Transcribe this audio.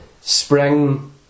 spring